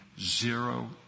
zero